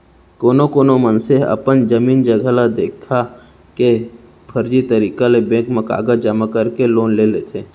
कोनो कोना मनसे ह अपन जमीन जघा ल देखा के फरजी तरीका ले बेंक म कागज जमा करके लोन ले लेथे